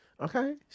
Okay